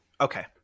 okay